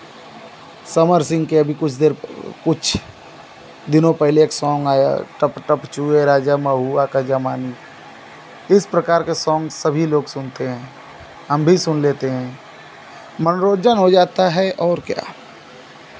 summer Singh के अभी कुछ देर कुछ दिनों पहले एक सोंग आया टप टप चुए राजा महुआ का जवानी इस प्रकार के सोंग सभी लोग सुनते हैं हम भी सुन लेते हैं मनोरंजन हो जाता है और क्या